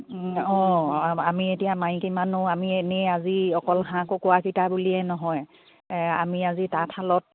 অঁ আমি এতিয়া মাইকী মানুহ আমি এনেই আজি অকল হাঁহ কুকুৰাকেইটা বুলিয়েই নহয় আমি আজি তাঁতশালত